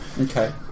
Okay